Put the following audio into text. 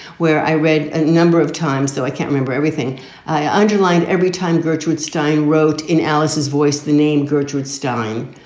where i read a number of times, though, i can't remember everything i underlined every time. gertrude stein wrote in alice's voice the name gertrude stein,